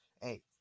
hey